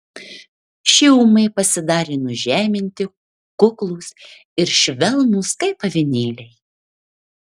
šie ūmai pasidarė nužeminti kuklūs ir švelnūs kaip avinėliai